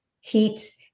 heat